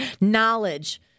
knowledge